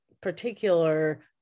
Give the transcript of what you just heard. particular